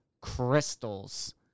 crystals